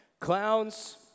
Clowns